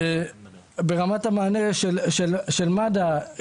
ברמת המענה של מד"א,